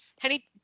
Henny